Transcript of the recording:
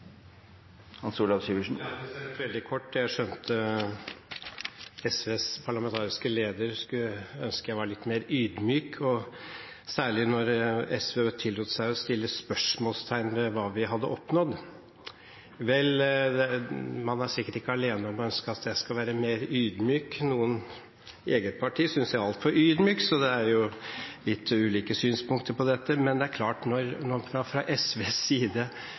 veldig kort: Jeg skjønte at SVs parlamentariske leder skulle ønske at jeg var litt mer ydmyk, særlig da SV tillot seg å sette spørsmålstegn ved hva vi hadde oppnådd. Vel, man er sikkert ikke alene om å ønske at jeg skal være mer ydmyk, noen i eget parti synes jeg er altfor ydmyk, så det er litt ulike synspunkter på det. Men det er klart at når man fra SVs side,